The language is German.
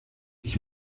ich